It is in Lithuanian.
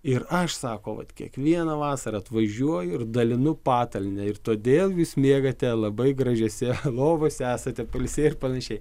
ir aš sako vat kiekvieną vasarą atvažiuoju ir dalinu patalynę ir todėl jūs miegate labai gražiose lovose esate pailsėję ir panašiai